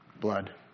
blood